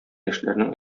яшьләрнең